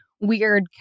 weird